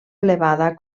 elevada